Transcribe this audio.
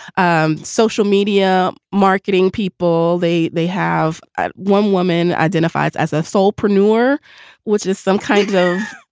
um social media, marketing people they they have ah one woman identified as a sole producer which is some kinds of,